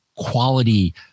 quality